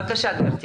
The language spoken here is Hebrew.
בבקשה גבירתי.